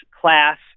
class